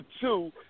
two